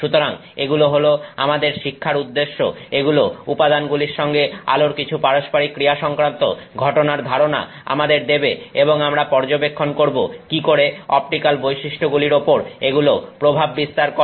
সুতরাং এগুলো হলো আমাদের শিক্ষার উদ্দেশ্য এগুলো উপাদানগুলির সঙ্গে আলোর কিছু পারস্পরিক ক্রিয়া সংক্রান্ত ঘটনার ধারনা আমাদের দেবে এবং আমরা পর্যবেক্ষণ করব কি করে অপটিক্যাল বৈশিষ্ট্যগুলির ওপরে এগুলো প্রভাব বিস্তার করে